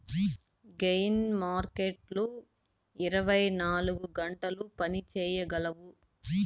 gain మార్కెట్లు ఇరవై నాలుగు గంటలు పని చేయగలవు